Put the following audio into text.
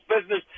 business